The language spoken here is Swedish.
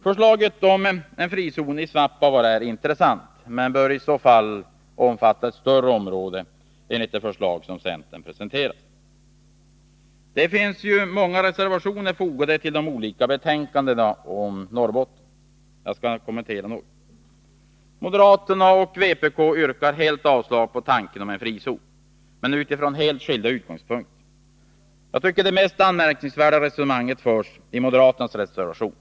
Förslaget om en frizon i Svappavaara är intressant, men zonen bör i så fall omfatta ett större område, enligt det förslag som centern presenterat. Det finns många reservationer fogade till de olika betänkandena om Norrbotten. Jag skall kommentera några av dem. Moderaterna och vpk yrkar avslag på förslaget om en frizon, men utifrån helt skilda utgångspunkter. Jag tycker att det mest anmärkningsvärda resonemanget förs i moderaternas reservation.